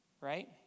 right